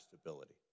stability